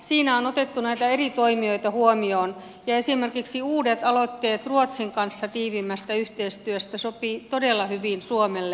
siinä on otettu näitä eri toimijoita huomioon ja esimerkiksi uudet aloitteet tiiviimmästä yhteistyöstä ruotsin kanssa sopivat todella hyvin suomelle